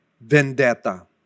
vendetta